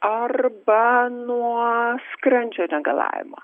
arba nuo skrandžio negalavimo